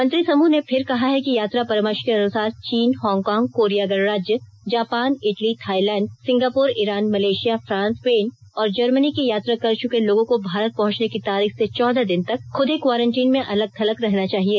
मंत्री समूह ने फिर कहा है कि यात्रा परामर्श के अनुसार चीन हांगकांग कोरिया गणराज्य Japan Italy Thailand Singapore Iran Malaysia France Spain और जर्मनी की यात्रा कर चुके लोगों को भारत पहुंचने की तारीख से चौदह दिन तक खुद ही क्वॉरेन्टीन में अलग थलग रहना चाहिए